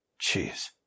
Jeez